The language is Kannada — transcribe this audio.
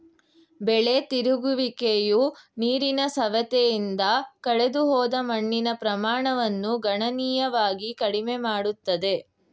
ಬೆಳೆ ತಿರುಗುವಿಕೆಯು ನೀರಿನ ಸವೆತದಿಂದ ಕಳೆದುಹೋದ ಮಣ್ಣಿನ ಪ್ರಮಾಣವನ್ನು ಗಣನೀಯವಾಗಿ ಕಡಿಮೆ ಮಾಡುತ್ತದೆ